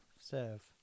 Serve